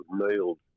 nailed